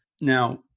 Now